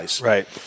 Right